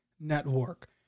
Network